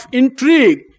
intrigue